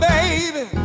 baby